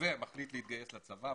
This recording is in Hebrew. ומחליט להתגייס לצבא,